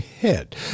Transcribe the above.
head